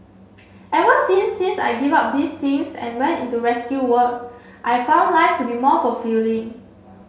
ever since since I gave up these things and went into rescue work I've found life to be more fulfilling